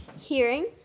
Hearing